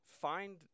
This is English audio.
find